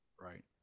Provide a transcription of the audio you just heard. Right